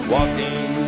Walking